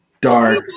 dark